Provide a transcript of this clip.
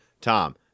Tom